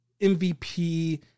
MVP